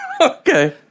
okay